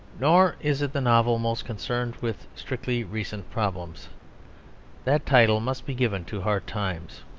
nor is it the novel most concerned with strictly recent problems that title must be given to hard times.